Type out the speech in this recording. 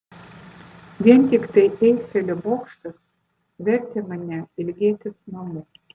vien tiktai eifelio bokštas vertė mane ilgėtis namų